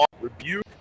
rebuke